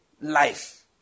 life